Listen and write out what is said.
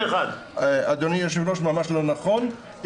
אדוני היושב-ראש, ממש לא נכון.